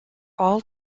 all